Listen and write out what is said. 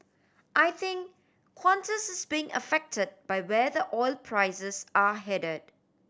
I think Qantas is being affected by where the oil prices are headed